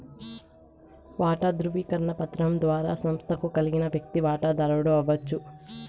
వాటా దృవీకరణ పత్రం ద్వారా సంస్తకు కలిగిన వ్యక్తి వాటదారుడు అవచ్చు